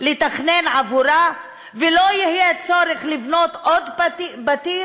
לתכנן עבורה ולא יהיה צורך לבנות עוד בתים?